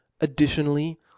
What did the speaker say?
Additionally